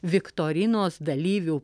viktorinos dalyvių